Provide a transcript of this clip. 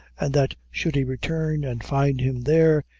and that should he return, and find him there,